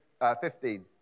15